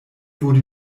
wurde